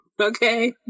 Okay